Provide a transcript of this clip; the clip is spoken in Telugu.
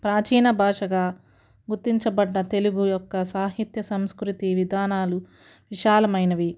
ప్రాచీన భాషగా గుర్తించబడ్డ తెలుగు యొక్క సాహిత్య సంస్కృతి విధానాలు విశాలమైనవి